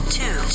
two